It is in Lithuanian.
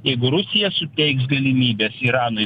jeigu rusija suteiks galimybes iranui